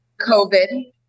COVID